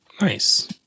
Nice